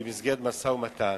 במסגרת משא-ומתן